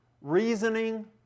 reasoning